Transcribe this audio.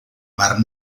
mar